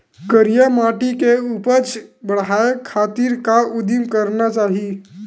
करिया माटी के उपज बढ़ाये खातिर का उदिम करना चाही?